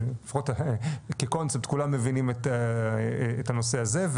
לפחות כקונספט כולם מבינים את הנושא הזה.